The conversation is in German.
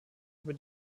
über